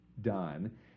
done